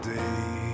day